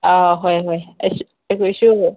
ꯑꯥ ꯍꯣꯏ ꯍꯣꯏ ꯑꯩꯁꯨ ꯑꯩꯈꯣꯏꯁꯨ